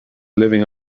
living